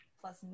plus